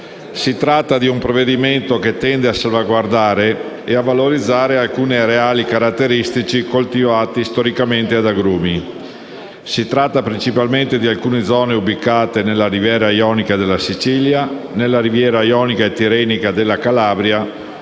Si tratta di un provvedimento che tende a salvaguardare e a valorizzare alcuni areali caratteristici coltivati storicamente ad agrumi. Si tratta principalmente di alcune zone ubicate nella riviera ionica della Sicilia, nella riviera ionica e tirrenica della Calabria,